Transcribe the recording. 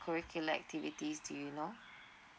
curricular activities do you know